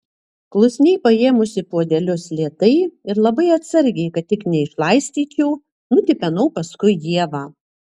klusniai paėmusi puodelius lėtai ir labai atsargiai kad tik neišlaistyčiau nutipenau paskui ievą